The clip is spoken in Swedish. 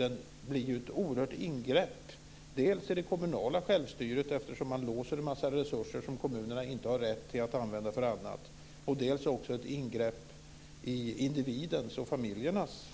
Den blir ju ett oerhört ingrepp dels i det kommunala självstyret eftersom man låser en massa resurser som kommunerna inte har rätt att använda för annat, dels blir den ett ingrepp i individens och familjernas